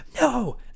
no